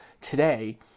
today